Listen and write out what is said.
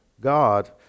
God